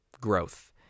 growth